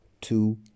two